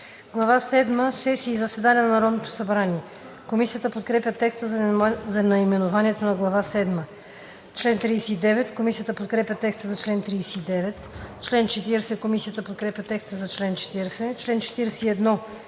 седма – Сесии и заседания на Народното събрание“. Комисията подкрепя текста за наименованието на Глава седма. Комисията подкрепя текста за чл. 39. Комисията подкрепя текста за чл. 40.